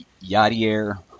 Yadier